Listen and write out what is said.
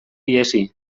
ihesi